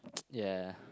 ya